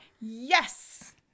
Yes